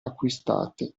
acquistate